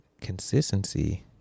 consistency